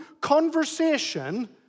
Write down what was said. conversation